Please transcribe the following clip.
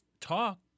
talk